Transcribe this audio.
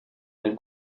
nel